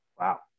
Wow